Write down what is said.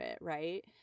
right